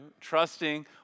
trusting